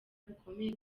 bikomeye